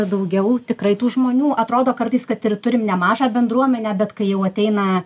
daugiau tikrai tų žmonių atrodo kartais kad ir turim nemažą bendruomenę bet kai jau ateina